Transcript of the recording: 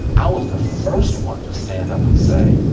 i was the first one to stand up and say